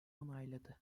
onayladı